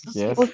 Yes